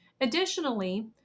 Additionally